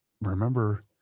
remember